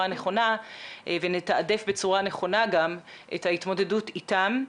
נכונה ונתעדף בצורה נכונה גם את ההתמודדות איתם.